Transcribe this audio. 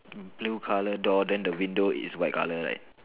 blue colour door then the window is white colour right